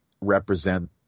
represent